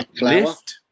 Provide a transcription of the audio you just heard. lift